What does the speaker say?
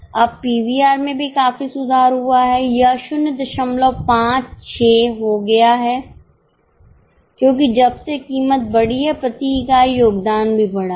अब पीवीआर में भी काफी सुधार हुआ है यह 056 हो गया है क्योंकि जब से कीमत बढ़ी है प्रति इकाई योगदान भी बढ़ा है